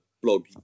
blog